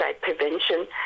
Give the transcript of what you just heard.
prevention